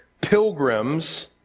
pilgrims